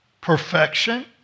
Perfection